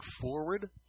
forward